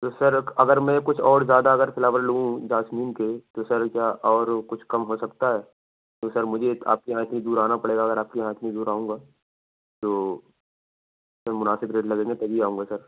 تو سر اگر میں کچھ اور زیادہ اگر فلاور لوں جاسمین کے تو سر کیا اور کچھ کم ہو سکتا ہے تو سر مجھے آپ کے یہاں اتنی دور آنا پڑے گا اگر آپ کے یہاں اتنی دور آؤں گا تو جب مناسب ریٹ لگیں گے تبھی آؤں گا سر